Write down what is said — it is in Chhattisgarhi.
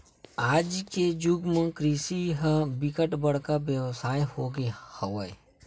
आज के जुग म कृषि ह बिकट बड़का बेवसाय हो गे हवय